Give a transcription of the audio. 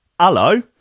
Hello